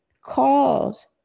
calls